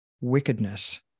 wickedness